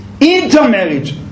intermarriage